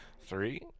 Three